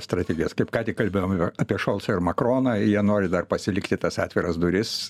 strategijas kaip ką tik kalbėjom apie šolcą ir makroną jie nori dar pasilikti tas atviras duris